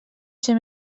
ser